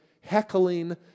heckling